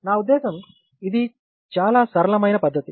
నా ఉద్దేశ్యం ఇది చాలా సరళమైన పద్ధతి